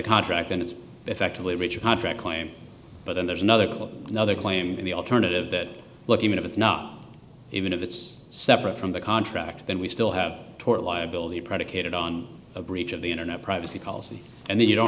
contract then it's effectively richard contract claim but then there's another quote another claim in the alternative that look even if it's not even if it's separate from the contract then we still have tort liability predicated on a breach of the internet privacy policy and then you don't